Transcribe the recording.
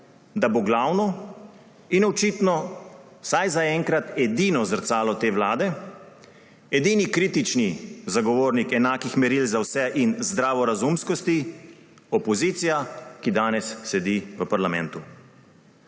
da bo glavno in očitno, vsaj zaenkrat, edino zrcalo te vlade, edini kritični zagovornik enakih meril za vse in zdrave razumskosti opozicija, ki danes sedi v parlamentu.